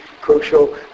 crucial